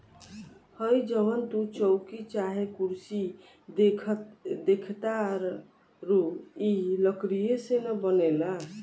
हइ जवन तू चउकी चाहे कुर्सी देखताड़ऽ इ लकड़ीये से न बनेला